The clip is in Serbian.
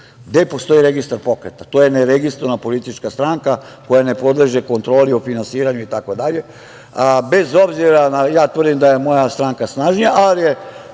gde postoji registar pokreta? To je neregistrovana politička stranka koja ne podleže kontroli o finansiranju itd. Ja tvrdim da je moja stranka snažnija,